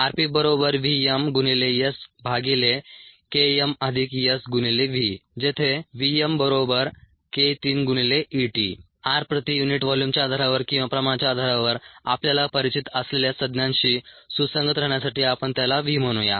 rPvmSKmSV जेथे vmk3Et r P प्रति unit व्हॉल्यूमच्या आधारावर किंवा प्रमाणाच्या आधारावर आपल्याला परिचित असलेल्या संज्ञाशी सुसंगत राहण्यासाठी आपण त्याला v म्हणूया